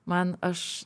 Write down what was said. man aš